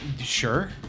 Sure